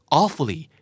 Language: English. awfully